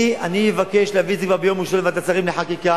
אני אבקש להביא את זה כבר ביום ראשון לוועדת שרים לחקיקה,